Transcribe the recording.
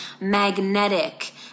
magnetic